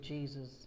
Jesus